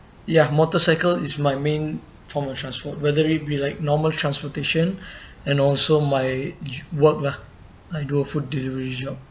ya motorcycle is my main form of transport whether it be like normal transportation and also my work lah I do a food delivery job